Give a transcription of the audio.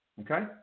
okay